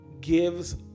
gives